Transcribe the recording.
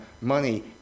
money